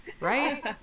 Right